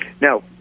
Now